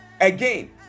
again